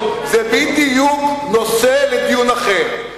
זה בדיוק נושא לדיון אחר.